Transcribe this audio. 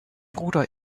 bruder